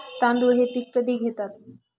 तांदूळ हे पीक कधी घेतात?